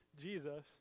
Jesus